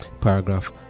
paragraph